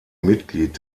mitglied